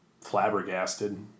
Flabbergasted